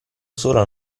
sola